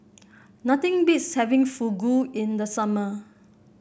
nothing beats having Fugu in the summer